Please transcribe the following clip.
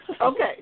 Okay